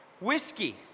Whiskey